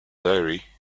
dairy